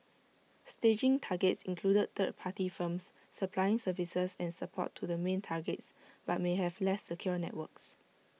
staging targets included third party firms supplying services and support to the main targets but may have less secure networks